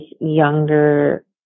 younger